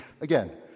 Again